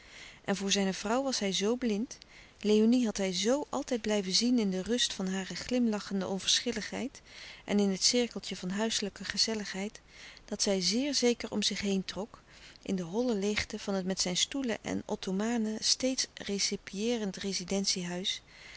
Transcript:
en voor zijne vrouw was hij zoo blind léonie had hij zoo altijd blijven zien in de rust van hare glimlachende onverschilligheid en in het cirkeltje van huiselijke gezelligheid dat zij zeer zeker om zich heen trok in de holle leegte van het met zijn stoelen en ottomane steeds recepiëerend rezidentie-huis